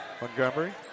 Montgomery